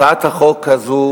הצעת החוק הזו